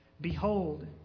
Behold